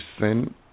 sin